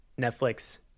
netflix